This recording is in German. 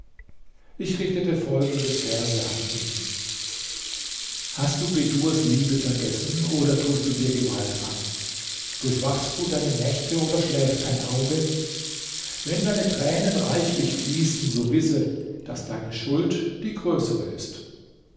ich richtete folgende verse an ihn hast du bedurs liebe vergessen oder tust du dir gewalt an durchwachst du deine nächte oder schläft dein auge wenn deine tränen reichlich fließen so wisse daß deine schuld die größere ist